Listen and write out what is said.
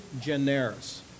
generis